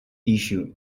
issue